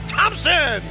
Thompson